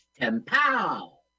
Temple